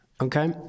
Okay